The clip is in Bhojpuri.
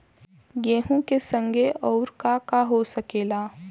गेहूँ के संगे अउर का का हो सकेला?